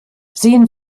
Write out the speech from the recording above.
sehen